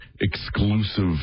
exclusive